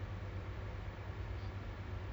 johor bahru yang